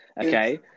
Okay